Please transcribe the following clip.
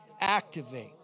Activate